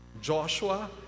Joshua